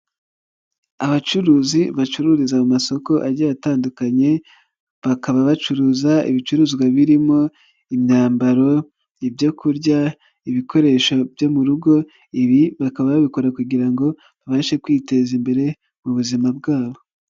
Abacuruzi bacururiza mu masoko agiye atandukanye, bakaba bacuruza ibicuruzwa birimo imyambaro, ibyo kurya, ibikoresho byo mu rugo, ibi bakaba babikora kugira ngo babashe kwiteza imbere mu buzima bwabo.